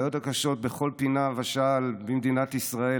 הבעיות הקשות בכל פינה ושעל במדינת ישראל,